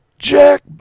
Jack